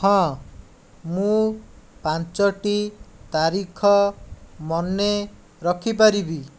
ହଁ ମୁଁ ପାଞ୍ଚଟି ତାରିଖ ମନେରଖିପାରିବି